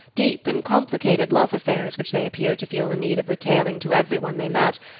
deep in complicated love-affairs which they appeared to feel the need of retailing to every one they met,